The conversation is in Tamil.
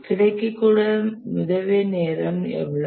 கிடைக்கக்கூடிய மிதவை நேரம் எவ்வளவு